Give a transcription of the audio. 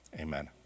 amen